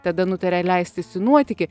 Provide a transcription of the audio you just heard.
tada nutaria leistis į nuotykį